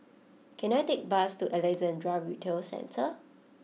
can I take a bus to Alexandra Retail Centre